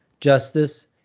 justice